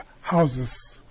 houses